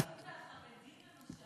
החרדים,